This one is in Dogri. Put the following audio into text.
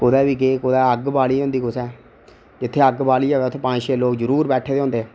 कुदै बी गे कुदै अग्ग बाल्ली दी होंदी कुसै नै जित्थै अग्ग बाल्ली दी होए उत्थै पंज छे लोग जरूर बैैठे दे होंदे